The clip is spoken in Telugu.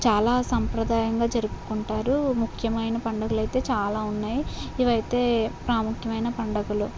చాలా సంప్రదాయంగా జరుపుకుంటారు ముఖ్యమైన పండుగలు అయితే చాలా ఉన్నాయి ఇవైతే ప్రాముఖ్యమైన పండుగలు